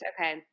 Okay